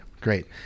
great